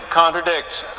contradicts